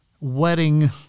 wedding